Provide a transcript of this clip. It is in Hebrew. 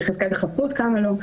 שחזקת החפות קמה לו,